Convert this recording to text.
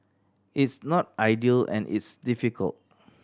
it's not ideal and it's difficult